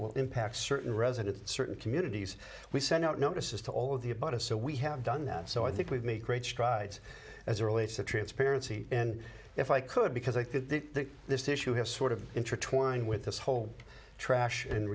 will impact certain residents certain communities we send out notices to all of the above so we have done that so i think we've made great strides as relates to transparency and if i could because i think this issue has sort of interest in with this whole trash